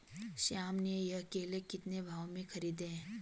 श्याम ने ये केले कितने भाव में खरीदे हैं?